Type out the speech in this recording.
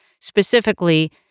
specifically